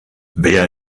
wer